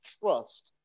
trust